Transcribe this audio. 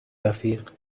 رفیق